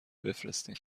بفرستین